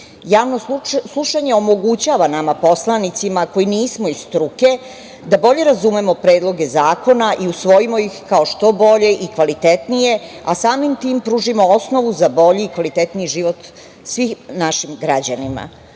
slušanje omogućava nama poslanicima koji nismo iz struke da bolje razumemo predloge zakona i usvojimo ih kao što bolje i kvalitetnije, a samim tim pružimo osnovu za bolji i kvalitetniji život svim našim građanima. Naravno,